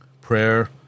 prayer